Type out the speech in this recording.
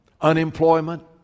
unemployment